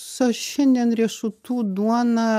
su šiandien riešutų duona